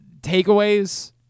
Takeaways